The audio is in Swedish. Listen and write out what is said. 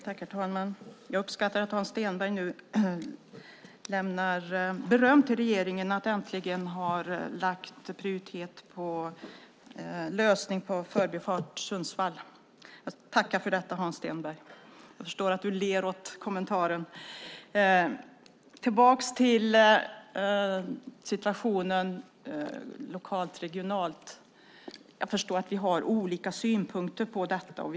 Herr talman! Jag uppskattar att Hans Stenberg nu berömmer regeringen för att man äntligen har prioriterat förbifart Sundsvall. Jag tackar för det, Hans Stenberg. Jag förstår att du ler åt kommentaren. Jag förstår att vi har olika syn när det gäller det lokala och regionala.